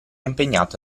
impegnato